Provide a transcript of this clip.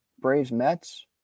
Braves-Mets